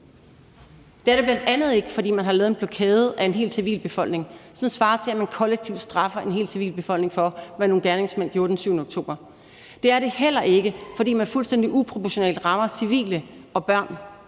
Det er den bl.a. ikke, fordi man har lavet en blokade af en hel civilbefolkning, hvilket svarer til, at man kollektivt straffer en hel civilbefolkning for, hvad nogle gerningsmænd gjorde den 7. oktober. Det er den heller ikke, fordi man fuldstændig uproportionalt rammer civile, voksne